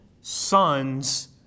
sons